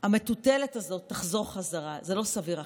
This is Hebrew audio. המטוטלת הזאת תחזור חזרה, זה לא סביר אחרת.